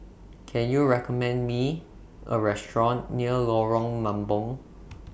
Can YOU recommend Me A Restaurant near Lorong Mambong